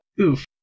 Oof